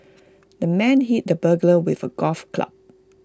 the man hit the burglar with A golf club